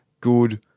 good